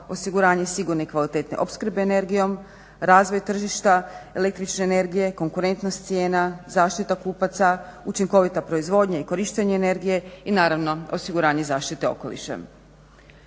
osiguranje sigurne i kvalitetne opskrbe energijom, razvoj tržišta električne energije, konkurentnost cijena, zaštita kupaca, učinkovita proizvodnja i korištenje energije i naravno osiguranje zaštite okoliša.